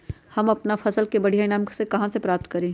हम अपन फसल से बढ़िया ईनाम कहाँ से प्राप्त करी?